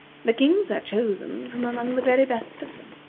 the kings are chosen from among the very best of them,